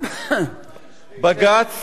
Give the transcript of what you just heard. בג"ץ